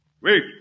Wait